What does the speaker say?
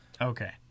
Okay